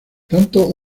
tanto